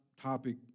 topic